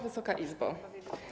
Wysoka Izbo!